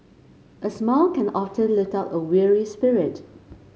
a smile can often lift up a weary spirit